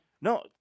No